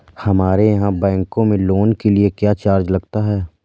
हमारे यहाँ बैंकों में लोन के लिए क्या चार्ज लगता है?